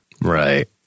right